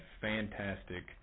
fantastic